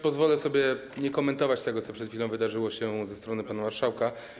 Pozwolę sobie nie komentować tego, co przed chwilą wydarzyło się ze strony pana marszałka.